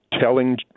telling